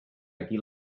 aquí